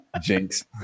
Jinx